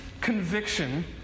conviction